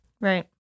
Right